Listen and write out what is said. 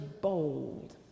bold